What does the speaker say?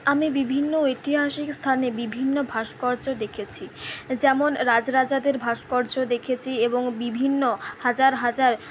আমি বিভিন্ন ঐতিহাসিক স্থানে বিভিন্ন ভাস্কর্য দেখেছি যেমন রাজরাজাদের ভাস্কর্য দেখেছি এবং বিভিন্ন হাজার হাজার